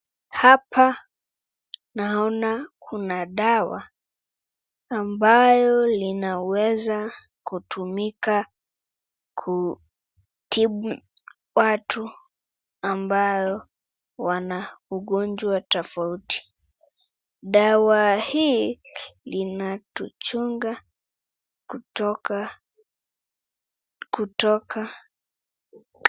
Hapa naona kuna dawa ambayo linaweza kutumika kutibu watu ambao wana ugonjwa tofauti. Dawa hii linatuchunga kutoka kutoka.